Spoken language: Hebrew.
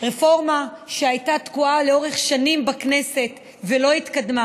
רפורמה שהייתה תקועה לאורך שנים בכנסת ולא התקדמה.